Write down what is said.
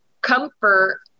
comfort